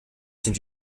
sind